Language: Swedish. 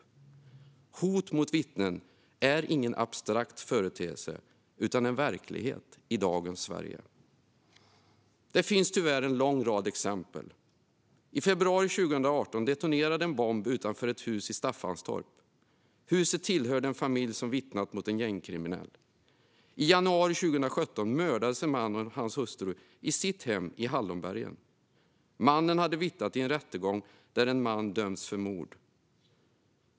Hot mot vittnen är ingen abstrakt företeelse utan en verklighet i dagens Sverige. Det finns tyvärr en lång rad exempel. I februari 2018 detonerade en bomb utanför ett hus i Staffanstorp. Huset tillhörde en familj som vittnat mot en gängkriminell. I januari 2017 mördades en man och hans hustru i sitt hem i Hallonbergen. Mannen hade vittnat i en rättegång där en man dömts för mord.